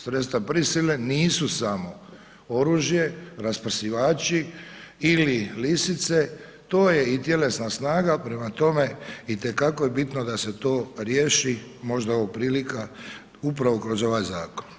Sredstva prisile nisu samo oružje, raspršivači ili lisice, to je i tjelesna snaga, prema tome i te kako je bitno da se to riješi možda je ovo prilika upravo kroz ovaj zakon.